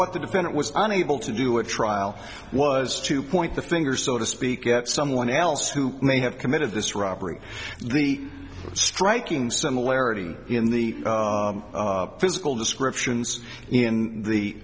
what the defendant was unable to do a trial was to point the finger so to speak get someone else who may have committed this robbery the striking similarity in the physical descriptions in the